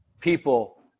people